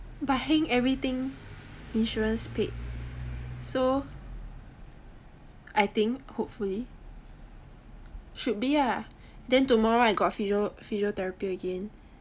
but heng everything insurance paid so I think hopefully should be ah then tomorrow I got physio~ physiotherapy again